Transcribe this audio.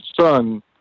son